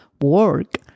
work